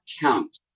count